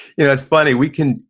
it's funny, we can,